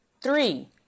Three